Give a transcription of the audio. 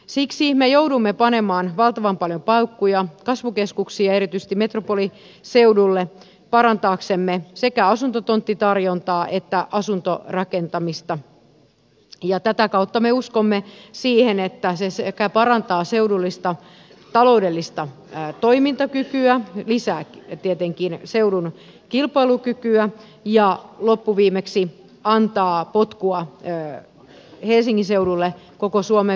siksi me joudumme panemaan valtavan paljon paukkuja kasvukeskuksiin ja erityisesti metropoliseudulle parantaaksemme sekä asuntotonttitarjontaa että asuntorakentamista ja tätä kautta me uskomme siihen että se parantaa seudullista taloudellista toimintakykyä lisää tietenkin seudun kilpailukykyä ja loppuviimeksi antaa potkua helsingin seudulle koko suomen veturina